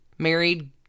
Married